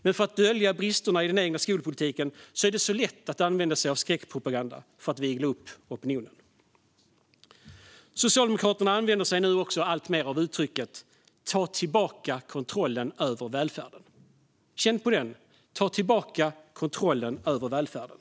Men för att dölja bristerna i den egna skolpolitiken är det så lätt att använda skräckpropaganda för att vigla upp opinionen. Socialdemokraterna använder sig också alltmer av uttrycket "ta tillbaka kontrollen över välfärden". Känn på den! Ta tillbaka kontrollen över välfärden.